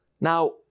Now